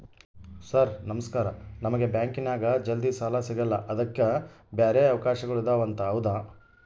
Sir ನಮಸ್ಕಾರ ನಮಗೆ ಬ್ಯಾಂಕಿನ್ಯಾಗ ಜಲ್ದಿ ಸಾಲ ಸಿಗಲ್ಲ ಅದಕ್ಕ ಬ್ಯಾರೆ ಅವಕಾಶಗಳು ಇದವಂತ ಹೌದಾ?